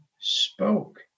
spoke